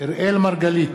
אראל מרגלית,